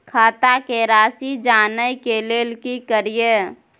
खाता के राशि जानय के लेल की करिए?